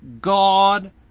God